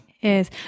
Yes